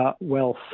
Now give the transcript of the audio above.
wealth